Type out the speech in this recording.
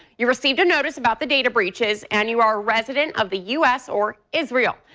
you received a notice about the data breaches and you are resident of the us or israel.